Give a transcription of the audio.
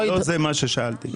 לא זה מה ששאלתי.